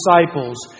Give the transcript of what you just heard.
disciples